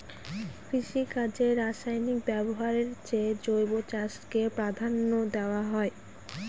কৃষিকাজে রাসায়নিক ব্যবহারের চেয়ে জৈব চাষকে প্রাধান্য দেওয়া হয়